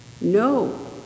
No